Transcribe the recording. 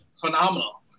Phenomenal